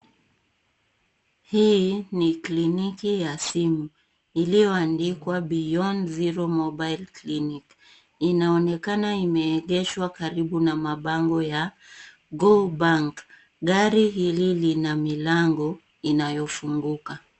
Hii ni kliniki ya simu iliyoandikwa Beyond Zero Mobile Clinic inaoonekana imeegeshwa karibu na mabango ya Go Bank. Gari hili lina milango inayofunguka.